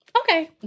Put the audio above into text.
okay